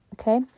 okay